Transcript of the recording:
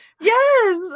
yes